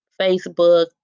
Facebook